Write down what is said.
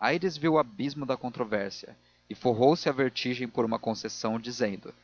aires viu o abismo da controvérsia e forrou se à vertigem por uma concessão dizendo